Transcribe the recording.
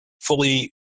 fully